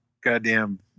goddamn